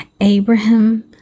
abraham